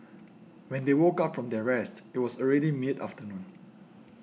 when they woke up from their rest it was already mid afternoon